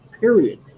Period